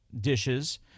dishes